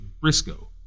Briscoe